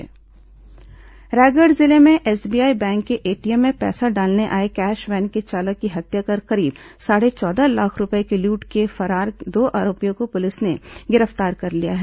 लूट आरोपी गिरफ्तार रायगढ़ जिले में एसबीआई बैंक के एटीएम में पैसा डालने आए कैश वैन के चालक की हत्या कर करीब साढ़े चौदह लाख रूपये की लूट के फरार दो आरोपियों को पुलिस ने गिरफ्तार कर लिया है